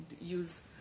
use